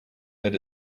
that